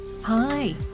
Hi